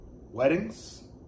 Weddings